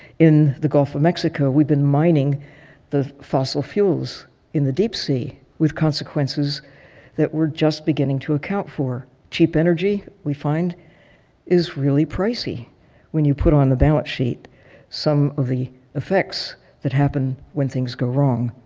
in the gulf of mexico we've been mining the fossil fuels in the deep sea with consequences that were we're just beginning to account for. cheap energy we find is really pricey when you put on the balance sheet some of the effects that happen when things go wrong.